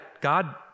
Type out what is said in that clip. God